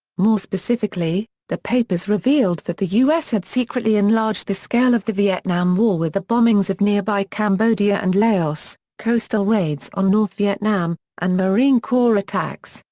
more specifically, the papers revealed that the u s. had secretly enlarged the scale of the vietnam war with the bombings of nearby cambodia and laos, coastal raids on north vietnam, and marine corps attacks,